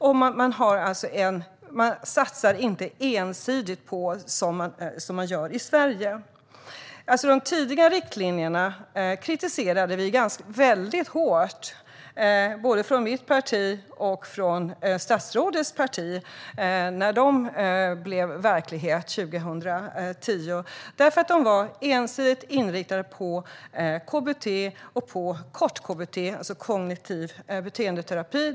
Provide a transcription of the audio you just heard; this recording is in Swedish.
Man har inte den ensidiga satsning som vi har i Sverige. Vi kritiserade de tidigare riktlinjerna från 2010 väldigt hårt, både från mitt parti och från statsrådets parti. De var ensidigt inriktade på kort KBT, alltså kognitiv beteendeterapi.